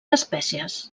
espècies